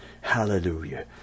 Hallelujah